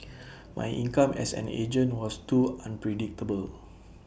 my income as an agent was too unpredictable